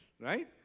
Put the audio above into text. right